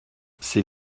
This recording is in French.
ses